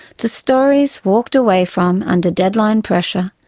the stories walked away from under deadline pressure,